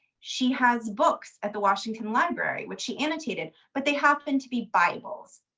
she has books at the washington library which she annotated. but they happen to be bibles.